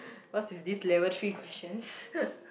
what's with this level three questions